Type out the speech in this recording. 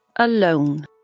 Alone